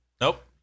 Nope